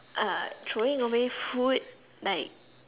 uh throwing away food like